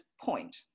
point